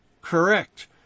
correct